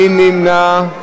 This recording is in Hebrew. מי נמנע?